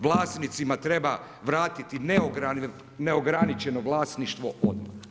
Vlasnicima treba vratiti neograničeno vlasništvo odmah.